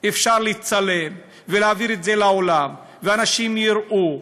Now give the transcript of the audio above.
אפשר לצלם ולהעביר את זה לעולם ואנשים יראו.